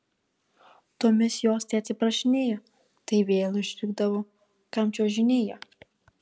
tomis jos tai atsiprašinėjo tai vėl užrikdavo kam čiuožinėjo